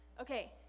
Okay